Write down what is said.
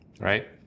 right